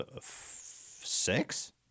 six